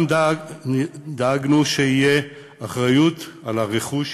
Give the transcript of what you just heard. דאגנו גם שתהיה אחריות לרכוש